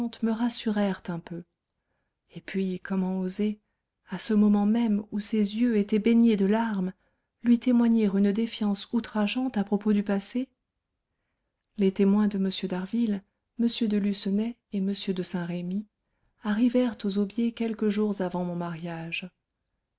me rassurèrent un peu et puis comment oser à ce moment même où ses yeux étaient baignés de larmes lui témoigner une défiance outrageante à propos du passé les témoins de m d'harville m de lucenay et m de saint-remy arrivèrent aux aubiers quelques jours avant mon mariage